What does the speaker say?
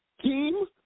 team